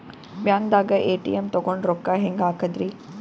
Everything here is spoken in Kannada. ಬ್ಯಾಂಕ್ದಾಗ ಎ.ಟಿ.ಎಂ ತಗೊಂಡ್ ರೊಕ್ಕ ಹೆಂಗ್ ಹಾಕದ್ರಿ?